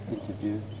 interview